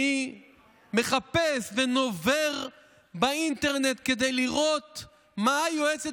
אני מחפש ונובר באינטרנט כדי לראות מה היועצת